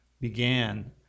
began